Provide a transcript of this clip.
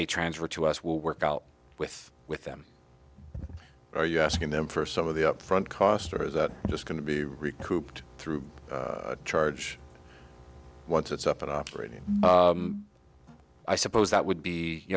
they transferred to us will work out with with them are you asking them for some of the upfront cost or is that just going to be recouped through charge once it's up and operating i suppose that would be you